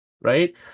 Right